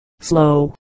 slow